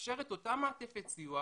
ולאפשר את אותה מעטפת סיוע,